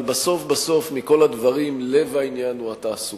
אבל בסוף-בסוף, מכל הדברים, לב העניין הוא תעסוקה.